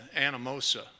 Anamosa